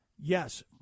Yes